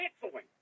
canceling